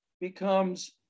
becomes